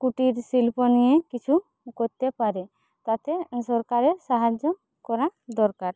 কুটির শিল্প নিয়ে কিছু করতে পারে তাতে সরকারের সাহায্য করা দরকার